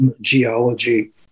geology